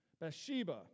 Bathsheba